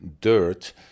dirt